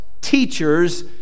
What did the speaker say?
teachers